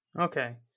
Okay